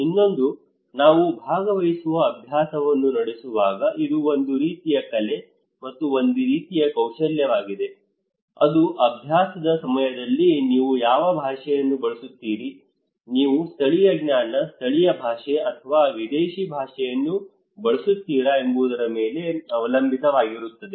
ಇನ್ನೊಂದು ನಾವು ಭಾಗವಹಿಸುವ ಅಬ್ಯಾಸವನ್ನು ನಡೆಸುವಾಗ ಇದು ಒಂದು ರೀತಿಯ ಕಲೆ ಮತ್ತು ಒಂದು ರೀತಿಯ ಕೌಶಲ್ಯವಾಗಿದೆ ಇದು ಅಬ್ಯಾಸದ ಸಮಯದಲ್ಲಿ ನೀವು ಯಾವ ಭಾಷೆಯನ್ನು ಬಳಸುತ್ತೀರಿ ನೀವು ಸ್ಥಳೀಯ ಜ್ಞಾನ ಸ್ಥಳೀಯ ಭಾಷೆ ಅಥವಾ ವಿದೇಶಿ ಭಾಷೆಯನ್ನು ಬಳಸುತ್ತೀರಾ ಎಂಬುದರ ಮೇಲೆ ಅವಲಂಬಿತವಾಗಿರುತ್ತದೆ